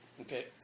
okay